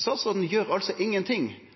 statsråden gjer altså ingenting.